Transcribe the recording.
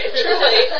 truly